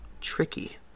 tricky